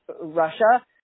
Russia